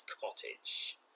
cottage